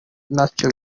ntacyo